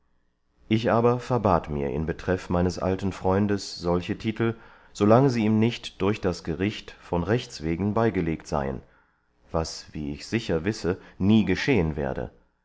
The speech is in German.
ich aber verbat mir in betreff meines alten freundes solche titel solange sie ihm nicht durch das gericht von rechts wegen beigelegt seien was wie ich sicher wisse nie geschehen werde